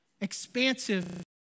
expansive